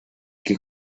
que